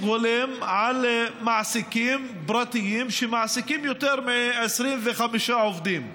הולם על מעסיקים פרטיים שמעסיקים יותר מ-25 עובדים.